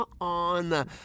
on